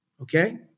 Okay